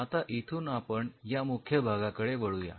आता इथून आपण या मुख्य भागाकडे वळू या